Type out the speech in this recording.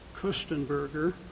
Kustenberger